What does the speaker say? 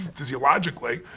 physiologically,